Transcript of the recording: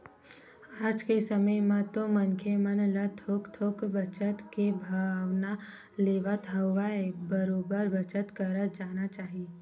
आज के समे म तो मनखे मन ल थोक थोक बचत के भावना लेवत होवय बरोबर बचत करत जाना चाही